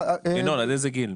עד איזה גיל?